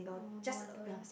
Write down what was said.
oh no wonder